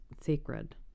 sacred